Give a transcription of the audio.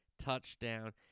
touchdown